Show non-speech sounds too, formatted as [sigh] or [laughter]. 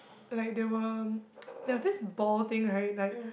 like there were [noise] there was this ball thing right like